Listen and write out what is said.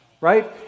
right